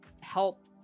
help